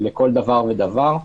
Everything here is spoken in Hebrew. לכל דבר ודבר.